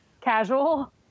Casual